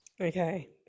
Okay